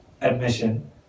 admission